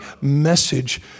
message